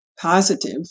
positive